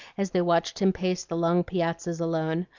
as they watched him pace the long piazzas alone,